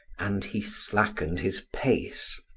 and he slackened his pace,